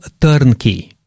Turnkey